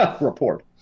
report